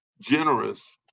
generous